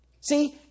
See